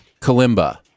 Kalimba